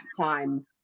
time